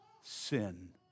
sin